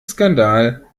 skandal